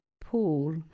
pool